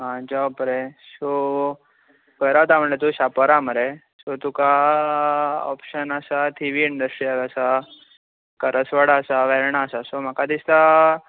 आ job रे so खंय रावतां म्हणले तुवेन शापोरा मरे सो तुका ओपशन आसा थिवी इंडस्ट्रीयल आसा कारासवाडा आसा वेर्णा आसा सो म्हाका दिसतां